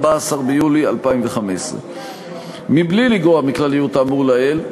14 ביולי 2015. מבלי לגרוע מכלליות האמור לעיל,